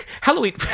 Halloween